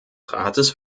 rates